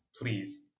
please